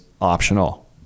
optional